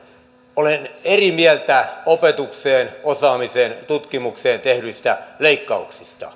olen eri mieltä opetukseen osaamiseen tutkimukseen tehdyistä leikkauksista